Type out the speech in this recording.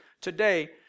today